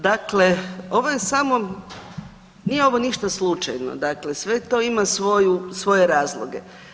Dakle, ovo je samo, nije ovo ništa slučajno, dakle sve to ima svoju, svoje razloge.